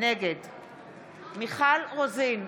נגד מיכל רוזין,